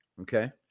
Okay